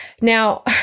Now